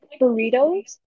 burritos